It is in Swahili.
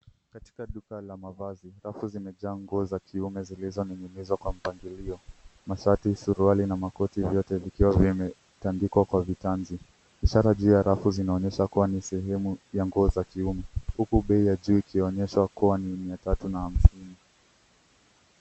Katika kaduka la mavazi, rafu zimejaa nguo za kiume zilizoning'inizwa kwa mpangilio. Mashati, suruali na makoti vyote vikiwa vimetandikwa kwa vitanzi, ishara juu ya rafu zinaonyesha kuwa ni sehemu ya nguo za kiume. Huku bei ya juu ikionyeshwa kuwa ni mia tatu hamsini.